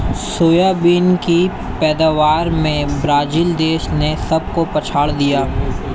soybean की पैदावार में ब्राजील देश ने सबको पछाड़ दिया